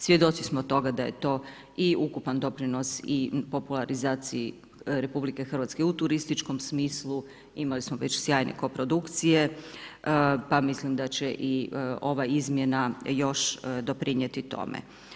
Svjedoci smo toga da je to i ukupan doprinos i popularizaciji RH u turističkom smislu, imali smo već sjajne koprodukcije, pa mislim da će i ova izmjena još doprinijeti tome.